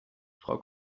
frau